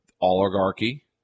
oligarchy